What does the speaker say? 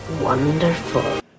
wonderful